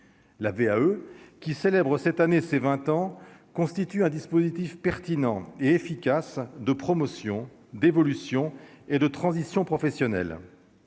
la VAE qui célèbrent cette année ses 20 ans constitue un dispositif pertinent et efficace de promotion d'évolution et de transition professionnelle,